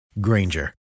Granger